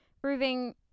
proving